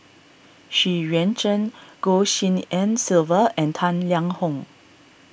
Xu Yuan Zhen Goh Tshin En Sylvia and Tang Liang Hong